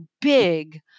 big